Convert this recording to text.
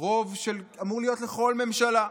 רוב שאמור להיות לכל ממשלה,